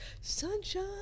sunshine